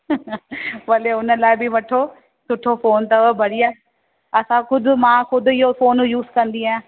भले हुन लाइ बि वठो सुठो फोन अथव बढ़िया असां ख़ुदि मां ख़ुदि इहो फोन यूस कंदी आहियां